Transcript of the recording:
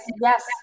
yes